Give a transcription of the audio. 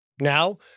Now